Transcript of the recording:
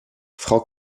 frau